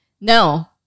No